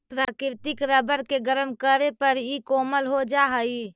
प्राकृतिक रबर के गरम करे पर इ कोमल हो जा हई